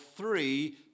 three